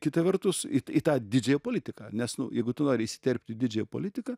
kita vertus į tą didžiąją politiką nes nu jeigu tu nori įsiterpti į didžiąją politiką